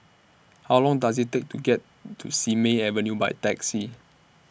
How Long Does IT Take to get to Simei Avenue By Taxi